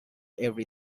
every